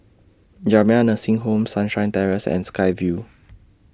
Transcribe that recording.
Jamiyah Nursing Home Sunshine Terrace and Sky Vue